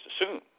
assume